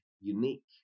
unique